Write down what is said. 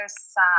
side